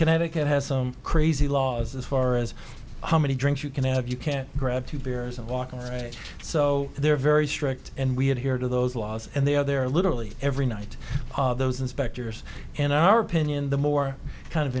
connecticut has some crazy laws as far as how many drinks you can have you can't grab two beers and walk right so there are very strict and we have here to those laws and they are there literally every night those inspectors and our opinion the more kind of